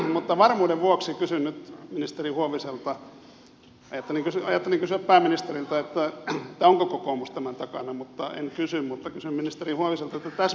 mutta varmuuden vuoksi kysyn nyt ministeri huoviselta ajattelin kysyä pääministeriltä onko kokoomus tämän takana mutta en kysy mutta kysyn ministeri huoviselta